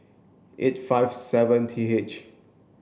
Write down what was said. eight five seven T H